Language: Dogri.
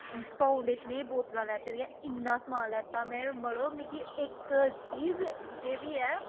फाउंडेशन दी बोतलां लैती दियां इन्ना समान लैता में मड़ो मिगी इक चीज़ जे बी ऐ